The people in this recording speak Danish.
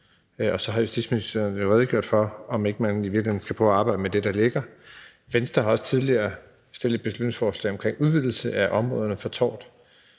Så har justitsministeren jo redegjort for, om ikke man i virkeligheden skal prøve at arbejde med det, der ligger. Venstre har også tidligere fremsat et beslutningsforslag om en udvidelse af områderne for tort,